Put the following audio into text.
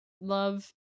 love